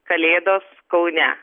kalėdos kaune